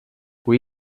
kui